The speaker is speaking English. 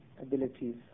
abilities